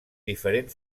diferent